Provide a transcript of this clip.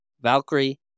Valkyrie